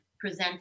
present